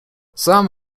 some